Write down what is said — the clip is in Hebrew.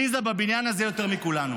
עליזה בבניין הזה יותר מכולנו.